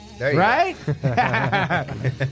Right